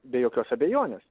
be jokios abejonės